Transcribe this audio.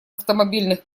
автомобильных